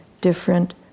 different